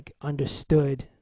understood